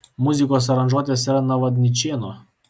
muzikos aranžuotės yra navadničėno